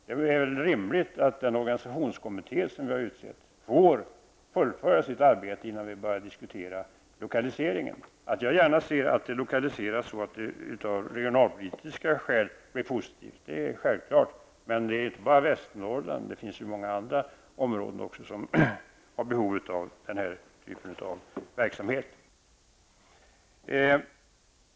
Det är väl rimligt att den organisationskommitté som har utsetts får fullfölja sitt arbete innan vi börjar diskutera lokaliseringen av verket. Att jag gärna ser att verket lokaliseras så att det av regionalpolitiska skäl blir positivt är självklart. Men det är inte bara Västernorrland utan även andra områden som har behov av den här typen av verksamhet.